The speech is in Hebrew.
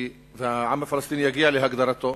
והעם הפלסטיני יגיע להגדרתו.